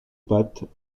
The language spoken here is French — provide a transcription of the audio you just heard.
pattes